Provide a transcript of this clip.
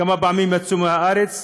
כמה פעמים יצאו מהארץ,